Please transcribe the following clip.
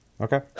Okay